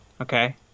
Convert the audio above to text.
Okay